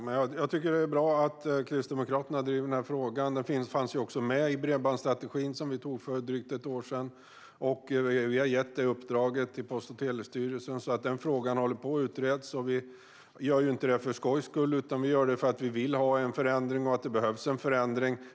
Herr talman! Jag tycker att det är bra att Kristdemokraterna driver frågan. Den fanns också med i bredbandsstrategin, som vi antog för drygt ett år sedan, och vi har gett det uppdraget till Post och telestyrelsen. Frågan håller alltså på att utredas, och det gör vi inte för skojs skull utan för att vi vill ha en förändring och för att det behövs en förändring.